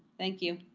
thank you.